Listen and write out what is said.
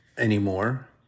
anymore